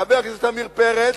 חבר הכנסת עמיר פרץ,